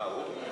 ההצעה להעביר את